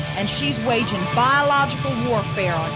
and she's waging biological warfare